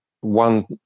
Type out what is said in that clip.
one